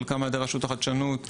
חלקם ע"י רשות החדשנות,